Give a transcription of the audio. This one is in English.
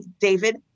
David